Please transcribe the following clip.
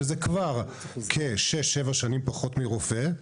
שזה כבר כשש-שבע שנים פחות מרופא.